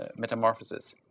ah metamorphosis.